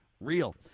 real